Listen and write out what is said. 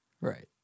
Right